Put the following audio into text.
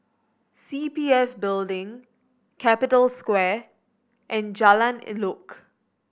C P F Building Capital Square and Jalan Elok